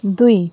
दुई